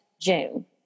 June